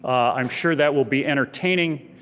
i'm sure that will be entertaining,